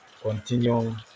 continue